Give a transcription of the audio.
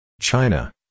China